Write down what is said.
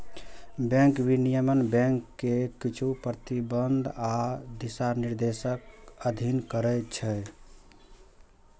bank विनियमन bank कें किछु प्रतिबंध आ दिशानिर्देशक अधीन करै छै